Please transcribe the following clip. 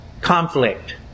conflict